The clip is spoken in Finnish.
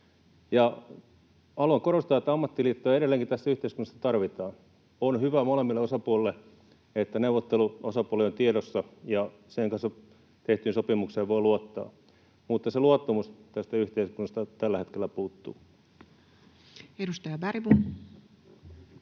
Haluan korostaa, että ammattiliittoja edelleenkin tässä yhteiskunnassa tarvitaan. On hyvä molemmille osapuolille, että neuvotteluosapuoli on tiedossa ja sen kanssa tehtyyn sopimukseen voi luottaa, mutta se luottamus tästä yhteiskunnasta tällä hetkellä puuttuu. Edustaja Bergbom.